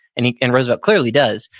and and roosevelt clearly does,